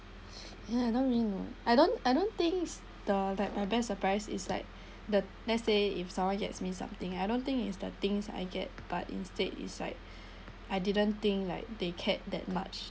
ya I don't really know I don't I don't think is the like my best surprise is like the let's say if someone gets me something I don't think it's the things I get but instead it's like I didn't think like they cared that much